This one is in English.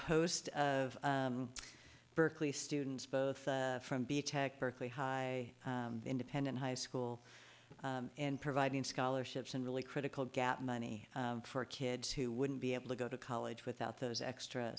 host of berkeley students both from being attacked berkeley high independent high school and providing scholarships and really critical gap money for kids who wouldn't be able to go to college without those extra